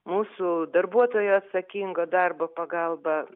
mūsų darbuotojų atsakingo darbo pagalba